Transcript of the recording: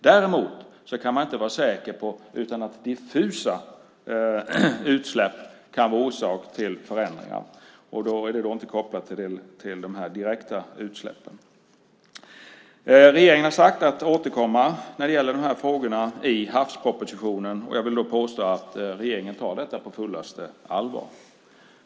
Däremot kan man inte vara säker på att inte diffusa utsläpp kan vara orsak till förändringar, då inte kopplat till de direkta utsläppen. Regeringen har sagt att man ska återkomma till de här frågorna i havspropositionen. Jag vill då påstå att regeringen tar detta på fullaste allvar.